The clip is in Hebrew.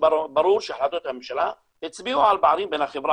ברור שהחלטות הממשלה הצביעו על פערים בין החברה